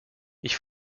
ich